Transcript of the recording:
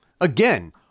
Again